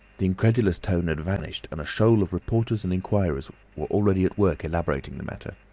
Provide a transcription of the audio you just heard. the incredulous tone had vanished and a shoal of reporters and inquirers were already at work elaborating the matter.